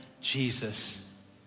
Jesus